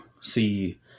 see